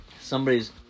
somebody's